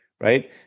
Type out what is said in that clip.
Right